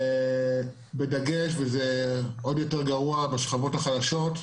וזה עוד יותר גרוע בשכבות החלשות.